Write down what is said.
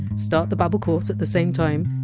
start the babbel course at the same time,